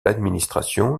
l’administration